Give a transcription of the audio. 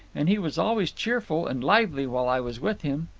and he was always cheerful and lively while i was with him.